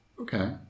Okay